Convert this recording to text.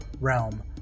realm